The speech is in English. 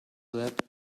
that